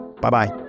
Bye-bye